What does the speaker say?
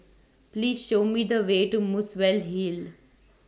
Please Show Me The Way to Muswell Hill